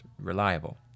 reliable